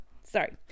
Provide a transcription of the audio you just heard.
sorry